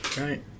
Right